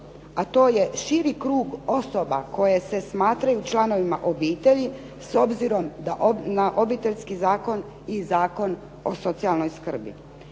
a to je širi krug osoba koje se smatraju članovima obitelji, s obzirom na Obiteljski zakon i Zakon o socijalnoj skrbi.